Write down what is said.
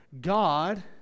God